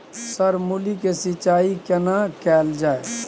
Sir मूली के सिंचाई केना कैल जाए?